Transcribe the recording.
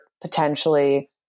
potentially